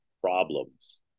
problems